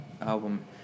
album